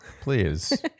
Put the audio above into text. Please